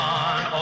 on